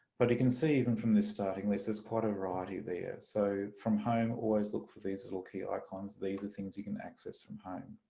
but you can see even from this starting list there's quite a variety there so from home always look for these little key icons, these are things you can access from home.